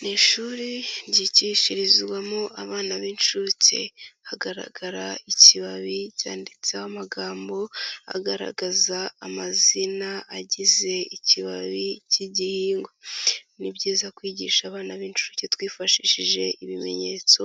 Ni ishuri ryigishirizwamo abana b'inshuke hagaragara ikibabi cyanditseho amagambo agaragaza amazina agize ikibabi k'igihingwa, ni byiza kwigisha abana b'inshuke twifashishije ibimenyetso